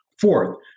Fourth